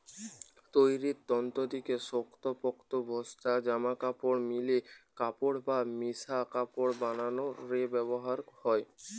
তৈরির তন্তু দিকি শক্তপোক্ত বস্তা, জামাকাপড়, মিলের কাপড় বা মিশা কাপড় বানানা রে ব্যবহার হয়